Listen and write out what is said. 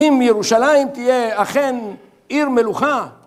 אם ירושלים תהיה, אכן, עיר מלוכה ...